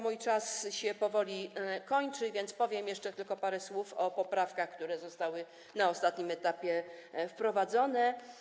Mój czas się powoli kończy, więc powiem tylko jeszcze parę słów o poprawkach, które zostały na ostatnim etapie wprowadzone.